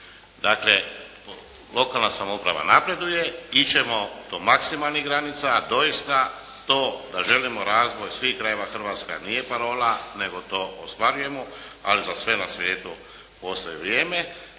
Dakle, lokalna samouprava napreduje, ići ćemo do maksimalnih granica, a dosita to da želimo razvoj svih krajeva Hrvatske nije parola, nego to ostvarujemo, ali za sve na svijetu postoji vrijeme.